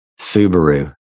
Subaru